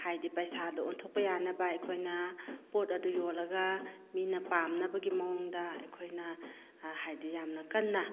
ꯍꯥꯏꯗꯤ ꯄꯩꯁꯥꯗ ꯑꯣꯟꯊꯣꯛꯄ ꯌꯥꯅꯕ ꯑꯩꯈꯣꯏꯅ ꯄꯣꯠ ꯑꯗꯨ ꯌꯣꯟꯂꯒ ꯃꯤꯅ ꯄꯥꯝꯅꯕꯒꯤ ꯃꯑꯣꯡꯗ ꯑꯩꯈꯣꯏꯅ ꯍꯥꯏꯗꯤ ꯌꯥꯝꯅ ꯀꯟꯅ